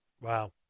Wow